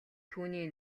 түүний